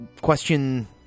question